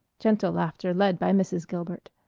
gentle laughter led by mrs. gilbert.